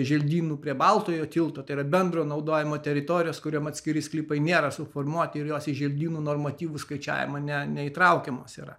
želdynų prie baltojo tilto tai yra bendro naudojimo teritorijos kuriom atskiri sklypai nėra suformuoti ir jos į želdynų normatyvų skaičiavimą ne neįtraukiamos yra